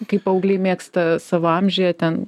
kai paaugliai mėgsta savo amžiuje ten